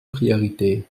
priorités